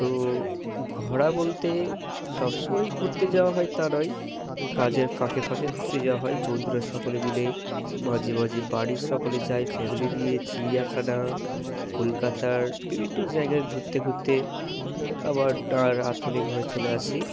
তো ঘোরা বলতে সব সময়ই ঘুরতে যাওয়া হয় তা নয় কাজের ফাঁকে ফাঁকে ঘুরতে যাওয়া হয় বন্দুরা সকলে মিলে মাঝে মাঝে বাড়ির সকলে যাই ফ্যামিলি নিয়ে চিড়িয়াখানা কলকাতার বিভিন্ন জায়গায় ঘুরতে ঘুরতে আবার ডা রাত হলে ঘরে চলে আসি